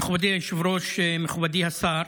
מכובדי היושב-ראש, מכובדי השר,